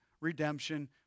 redemption